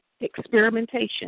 experimentation